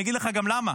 אני אגיד לך גם למה,